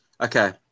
Okay